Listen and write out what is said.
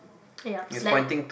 yup slight